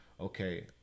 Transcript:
Okay